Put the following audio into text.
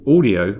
Audio